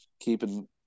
keeping